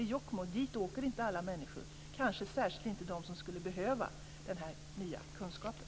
Till Jokkmokk åker inte alla människor, kanske särskilt inte de som skulle behöva den nya kunskapen.